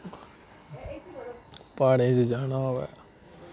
प्हाड़ें च जाना होऐ